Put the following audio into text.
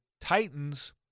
Titans